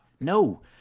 no